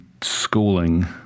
schooling